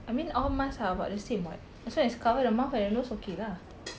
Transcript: I mean all mask are about the same [what] as long as cover the mouth and the nose okay lah